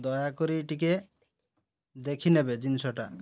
ଦୟାକରି ଟିକେ ଦେଖି ନେବେ ଜିନିଷଟା